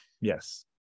Yes